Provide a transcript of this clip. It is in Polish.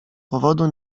powodu